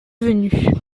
venue